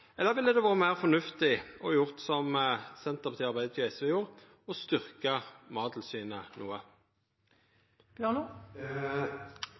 Eller ville det vore meir fornuftig å gjera som Senterpartiet, Arbeidarpartiet og SV gjorde, og styrkt Mattilsynet